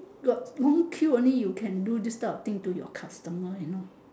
got long queue only you can do this type of thing to your customer you know